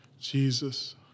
Jesus